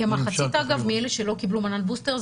כמחצית אלה שלא קיבלו מנת בוסטר,